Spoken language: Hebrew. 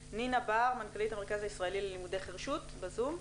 מנכ"לית המרכז הישראלי ללימודי חירשות בבקשה.